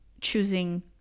choosing